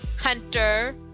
hunter